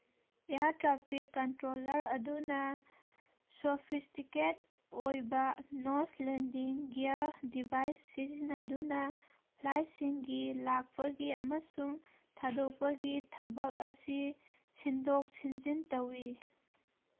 year traffic controller ꯑꯗꯨꯅ sophisticated ꯑꯣꯏꯕ nose landing gear device ꯁꯤꯖꯤꯟꯅꯗꯨꯅ ꯐ꯭ꯂꯥꯏꯠꯁꯤꯡꯒꯤ ꯂꯥꯛꯄꯒꯤ ꯑꯃꯁꯨꯡ ꯊꯥꯗꯣꯛꯄꯒꯤ ꯊꯕꯛ ꯑꯁꯤ ꯁꯤꯟꯗꯣꯛ ꯁꯤꯟꯖꯤꯟ ꯇꯧꯋꯤ